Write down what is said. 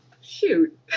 Shoot